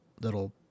little